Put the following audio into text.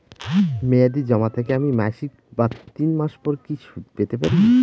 মেয়াদী জমা থেকে আমি মাসিক বা তিন মাস পর কি সুদ পেতে পারি?